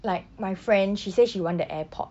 like my friend she say she want the AirPod